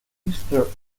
easter